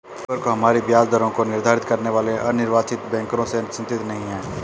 labour को हमारी ब्याज दरों को निर्धारित करने वाले अनिर्वाचित बैंकरों से चिंतित नहीं है